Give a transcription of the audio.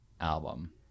album